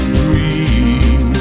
dream